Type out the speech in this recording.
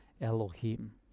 Elohim